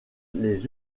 les